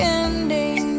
ending